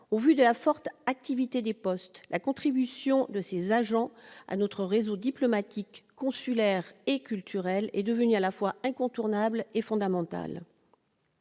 Au vu de la forte activité des postes, la contribution de ces agents à notre réseau diplomatique, consulaire et culturel est devenue à la fois incontournable et fondamentale.